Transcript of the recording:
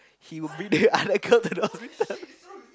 he bring the other girl to the hospital